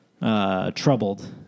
Troubled